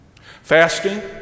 fasting